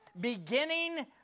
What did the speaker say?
Beginning